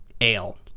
ale